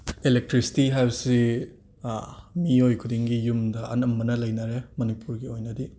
electricity ꯍꯥꯏꯕꯁꯤ ꯃꯤꯑꯣꯏ ꯈꯨꯗꯤꯡꯒꯤ ꯌꯨꯝꯗ ꯑꯅꯝꯕꯅ ꯂꯩꯅꯔꯦ ꯃꯅꯤꯄꯨꯔꯒꯤ ꯑꯣꯏꯅꯗꯤ